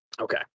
Okay